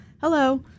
hello